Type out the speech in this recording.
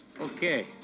Okay